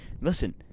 Listen